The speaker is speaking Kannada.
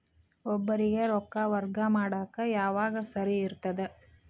ಒಬ್ಬರಿಗ ರೊಕ್ಕ ವರ್ಗಾ ಮಾಡಾಕ್ ಯಾವಾಗ ಸರಿ ಇರ್ತದ್?